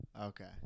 Okay